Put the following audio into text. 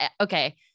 okay